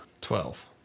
Twelve